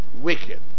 wicked